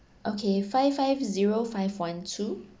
okay five five zero five one two